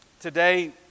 Today